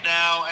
now